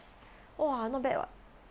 !wah! not bad [what]